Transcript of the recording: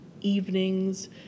evenings